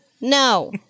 No